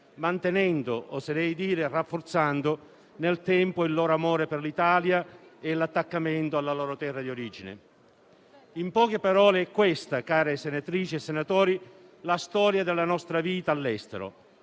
mantenendo - oserei dire, rafforzando - nel tempo il loro amore per l'Italia e l'attaccamento alla loro terra di origine. In poche parole, è questa, care senatrici e cari senatori, la storia della nostra vita all'estero: